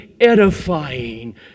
edifying